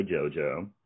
Jojo